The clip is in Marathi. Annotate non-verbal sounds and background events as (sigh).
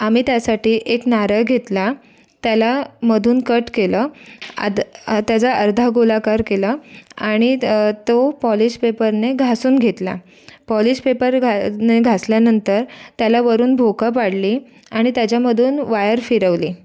आम्ही त्यासाठी एक नारळ घेतला त्याला मधून कट केलं आद त्याचा अर्धा गोलाकार केला आणि त तो पॉलिश पेपरने घासून घेतला पॉलिश पेपर (unintelligible) घासल्यानंतर त्याला वरून भोकं पाडली आणि त्याच्यामधून वायर फिरवली